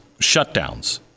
shutdowns